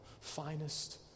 finest